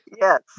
Yes